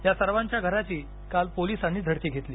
या सर्वांच्या घरांची काल पोलिसांनी झडती घेतली